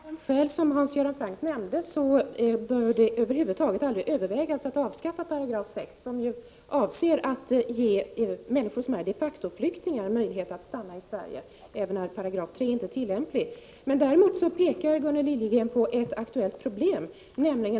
Herr talman! Av de skäl som Hans Göran Franck nämnde bör man över huvud taget aldrig överväga att avskaffa 6 §. Avsikten med denna paragraf är att ge människor som är de facto-flyktingar möjlighet att stanna i Sverige även när 3 § inte är tillämplig. Däremot pekar Gunnel Liljegren på ett aktuellt problem, nämligen .